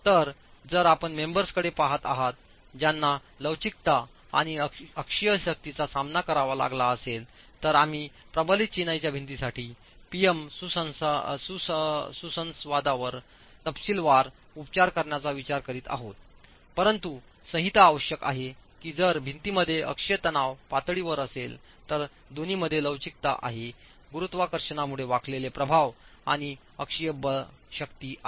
तर जर आपण मेंबर्स कडे पहात आहात ज्यांना लवचिकता आणि अक्षीय शक्तींचा सामना करावा लागला असेल तर आम्ही प्रबलित चिनाईच्या भिंतींसाठी P M सुसंवादांवर तपशीलवार उपचार करण्याचा विचार करीत आहोत परंतु संहिता आवश्यक आहे की जर भिंतीमध्ये अक्षीय तणाव पातळीवर असेल तर दोन्हीमध्ये लवचिकता आहे गुरुत्वाकर्षणामुळे वाकलेले प्रभाव आणि अक्षीय शक्ती आहे